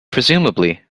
presumably